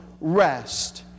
rest